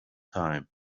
time